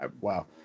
Wow